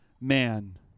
man